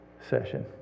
session